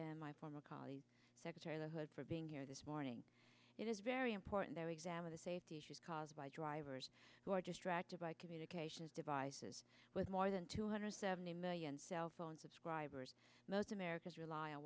and my former colleague secretary la hood for being here this morning it is very important that we examine the safety issues caused by drivers who are distracted by communication devices with more than two hundred seventy million cell phone subscribers most americans rely on